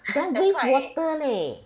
damn waste water leh